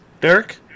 Derek